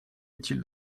utile